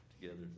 together